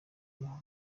muntu